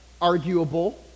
arguable